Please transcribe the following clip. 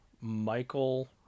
Michael